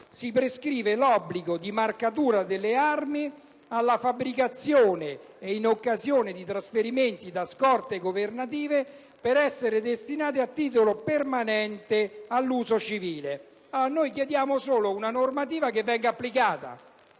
che prescrive appunto l'obbligo di marcatura delle armi alla fabbricazione e in occasione di trasferimenti da scorte governative per essere destinate a titolo permanente all'uso civile. Noi chiediamo solo l'applicazione di una normativa,